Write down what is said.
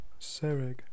Sereg